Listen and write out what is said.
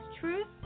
Truth